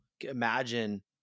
imagine